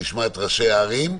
נשמע את ראשי הערים,